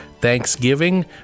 thanksgiving